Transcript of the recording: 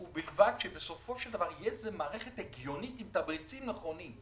ובלבד שבסופו של דבר תהיה איזו מערכת הגיונית עם תמריצים נכונים,